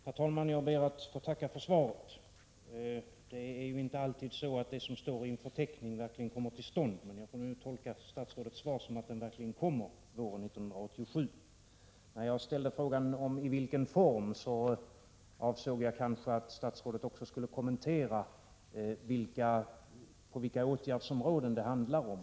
Herr talman! Jag ber att få tacka för svaret. Det är ju inte alltid så, att det som står i en förteckning verkligen kommer till stånd. Men jag får väl tolka statsrådets svar så, att en proposition verkligen framläggs våren 1987. När jag frågade i vilken form statsrådet ämnade framlägga förslag till riksdagen avsåg jag kanske också att statsrådet i svaret skulle kommentera vilka åtgärder det handlar om.